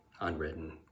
Unwritten